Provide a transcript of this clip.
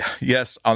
yes